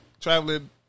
traveling